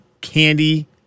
candy